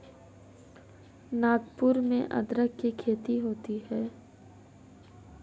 नागपुर में अदरक की खेती होती है